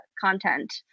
content